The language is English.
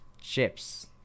chips